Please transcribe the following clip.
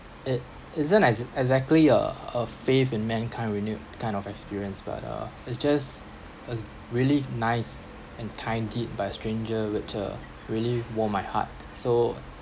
it isn't ex~ exactly uh a faith in mankind renewed kind of experience but uh it's just a really nice and kind deed by a stranger which uh really warmed my heart so